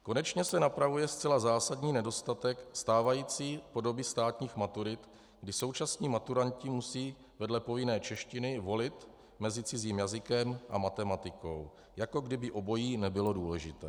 Konečně se napravuje zcela zásadní nedostatek stávající podoby státních maturit, kdy současní maturanti musí vedle povinné češtiny volit mezi cizím jazykem a matematikou, jako kdyby obojí nebylo důležité.